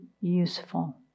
useful